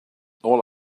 all